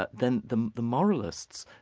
but then the the moralists